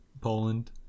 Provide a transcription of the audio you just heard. Poland